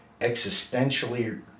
existentially